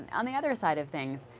on the other side of things,